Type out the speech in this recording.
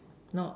not